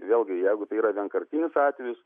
vėlgi jeigu tai yra vienkartinis atvejis